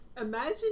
imagine